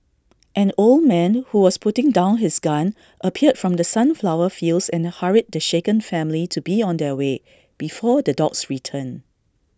an old man who was putting down his gun appeared from the sunflower fields and hurried the shaken family to be on their way before the dogs return